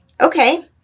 okay